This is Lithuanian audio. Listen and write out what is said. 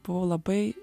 buvau labai